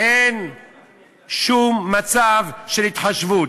אין שום מצב של התחשבות.